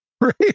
Right